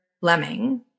lemming